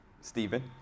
Stephen